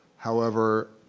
however,